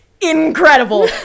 incredible